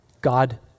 God